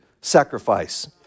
sacrifice